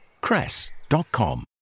cress.com